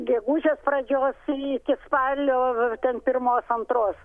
gegužės pradžios iki spalio ten pirmos antros